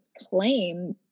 claim